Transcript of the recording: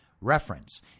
reference